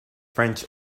french